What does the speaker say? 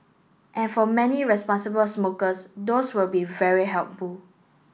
and for many responsible smokers those will be very